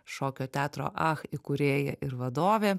šokio teatro ach įkūrėja ir vadovė